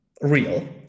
real